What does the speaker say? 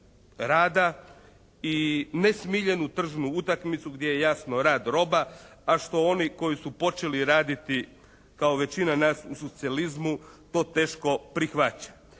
rada i nesmiljenu tržnu utakmicu gdje je jasno rad roba, a što oni koji su počeli raditi kao većina nas u socijalizmu to teško prihvaća.